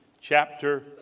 chapter